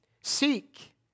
Seek